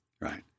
right